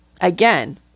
again